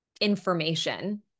information